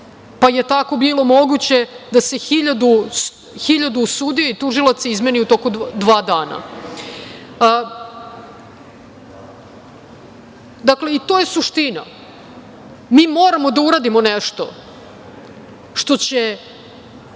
pa je tako bilo moguće da se 1000 sudija i tužilaca izmeni u dva dana. Dakle, to je suština, mi moramo da uradimo nešto što će